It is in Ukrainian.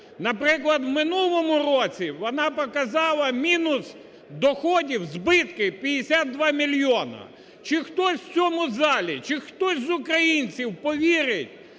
Наприклад, в минулому році вона показали мінус доходів, збитки 52 мільйона. Чи хтось в цьому залі, чи хтось з українців повірить,